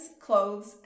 clothes